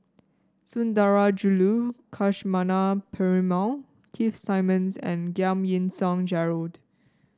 Sundarajulu Lakshmana Perumal Keith Simmons and Giam Yean Song Gerald